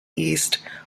east